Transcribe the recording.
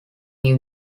new